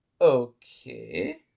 Okay